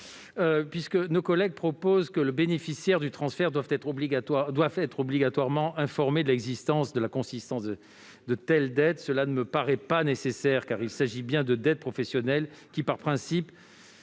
? Nos collègues proposent que le bénéficiaire du transfert doive être obligatoirement informé de l'existence et de la consistance de telles dettes. Cela ne me paraît pas nécessaire, car il s'agit bien de dettes professionnelles qui, par principe,